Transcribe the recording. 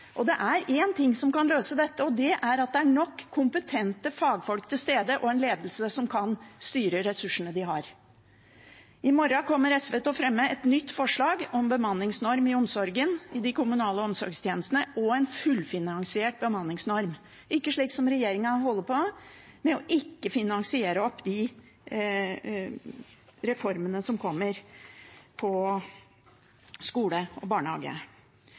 våre. Det er én ting som kan løse dette, og det er at det er nok kompetente fagfolk til stede og en ledelse som kan styre ressursene de har. I morgen kommer SV til å fremme et nytt representantforslag om bemanningsnorm i eldreomsorgen og i andre kommunale omsorgstjenester – en fullfinansiert bemanningsnorm, ikke slik som regjeringen holder på, ved ikke å finansiere opp de reformene som kommer for skole og barnehage.